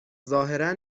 ظاهرا